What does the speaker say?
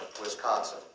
Wisconsin